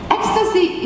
Ecstasy